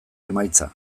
emaitza